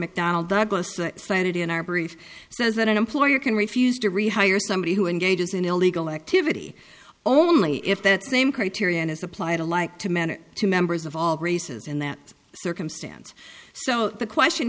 mcdonnell douglas slanted in our brief says that an employer can refuse to rehire somebody who engages in illegal activity only if that same criterion is applied alike to manage to members of all races in that circumstance so the question